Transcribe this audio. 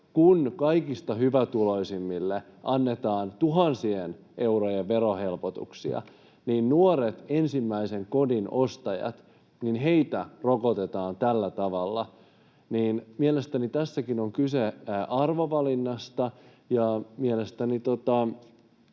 aikaan kaikista hyvätuloisimmille annetaan tuhansien eurojen verohelpotuksia mutta nuoria ensimmäisen kodin ostajia rokotetaan tällä tavalla. Mielestäni tässäkin on kyse arvovalinnasta ja mielestäni